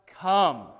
come